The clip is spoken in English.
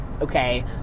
okay